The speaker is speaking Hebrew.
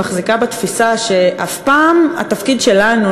מחזיקה בתפיסה שאף פעם התפקיד שלנו,